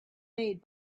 made